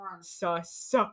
Suss